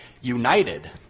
United